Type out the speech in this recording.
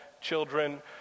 children